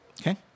Okay